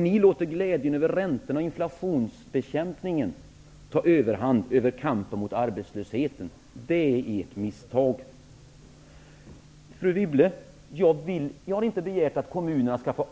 Ni låter glädjen över räntorna och inflationsbekämpningen ta överhand över kampen mot arbetslösheten. Detta är ert misstag. Fru Wibble, jag har inte begärt att kommunerna skall få